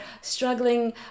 struggling